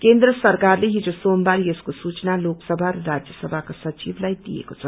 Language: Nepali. केन्द्र सरकारले हिजो सोमवार यसको सूचना लेकसभा र राज्य सभाको सचिवलाइ दिएको छ